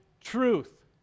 truth